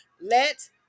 Let